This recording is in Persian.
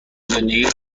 زندگی